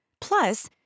plus